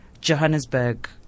Johannesburg